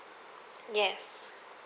yes